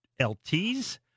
LTs